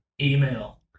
email